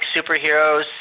superheroes